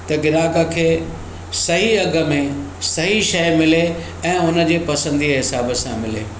त ग्राहक खे सही अघ में सही शइ मिले ऐं हुनखे पसंदीअ जे हिसाबु सां मिले